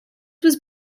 was